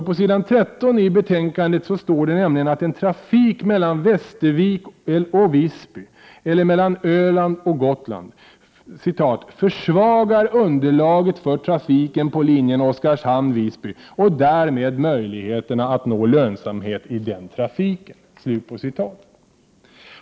På s. 13 i betänkandet står det nämligen att en trafik mellan Västervik och Visby eller mellan Öland och Gotland ”försvagar underlaget för trafiken på linjen Oskarshamn-Visby och därmed möjligheterna att nå lönsamhet i den trafiken”.